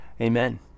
Amen